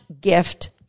gift